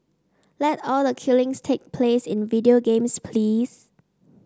let all the killings take place in video games please